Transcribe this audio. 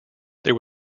there